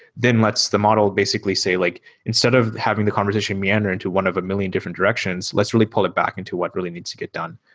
then lets the model basically say like instead of having the conversation meander into one of a million different directions, let's really pull it back into what really needs to get done.